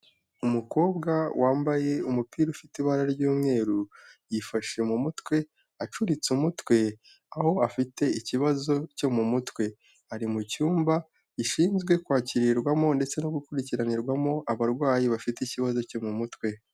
Umukobwa wambaye umupira ufite ibara ry'umweru yifashe mu mutwe acuritse umutwe aho afite ikibazo cyo mu mutwe, ari mu cyumba gishinzwe kwakirirwamo ndetse no gukurikiranirwamo abarwayi bafite ikibazo cyo mu mutwe.